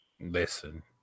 listen